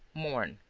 morn.